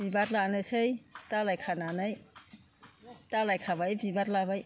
बिबार लानोसै दालाय खानानै दालाय खाबाय बिबार लाबाय